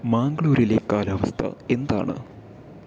മാംഗ്ലൂരിലെ കാലാവസ്ഥ എന്താണ്